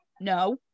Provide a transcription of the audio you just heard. No